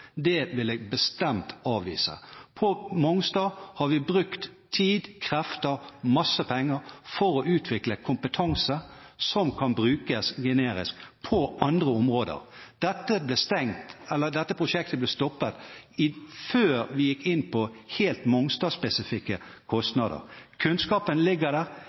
Det vil jeg bestemt avvise. På Mongstad har vi brukt tid, krefter og masse penger for å utvikle kompetanse som kan brukes generisk på andre områder. Dette prosjektet ble stoppet før vi gikk inn på helt Mongstad-spesifikke kostnader. Kunnskapen ligger der.